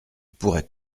pourrait